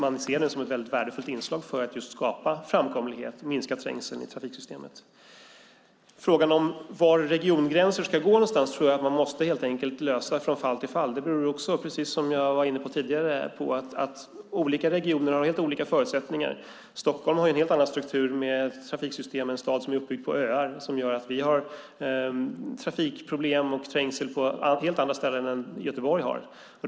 Man ser det som ett värdefullt inslag för att skapa framkomlighet och minska trängseln i trafiksystemet. Frågan om var regiongränser ska gå någonstans måste lösas från fall till fall. Precis som jag var inne på tidigare beror det på att olika regioner har helt olika förutsättningar. Stockholm har en helt annan struktur med trafiksystem i en stad som är uppbyggd på öar. Det gör att vi har trafikproblem och trängsel på helt andra ställen än Göteborg har.